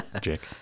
Jake